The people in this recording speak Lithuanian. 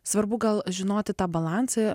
svarbu gal žinoti tą balansą